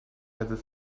whether